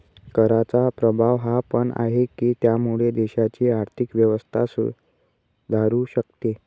कराचा प्रभाव हा पण आहे, की त्यामुळे देशाची आर्थिक व्यवस्था सुधारू शकते